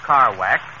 Carwax